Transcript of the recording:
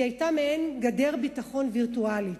היא היתה מעין גדר ביטחון וירטואלית,